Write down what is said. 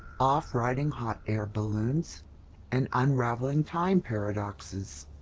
off riding hot air balloons and unraveling time paradoxes.